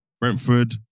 Brentford